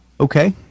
Okay